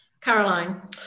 Caroline